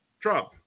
Trump